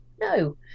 No